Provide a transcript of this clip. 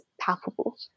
palpable